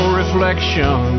reflection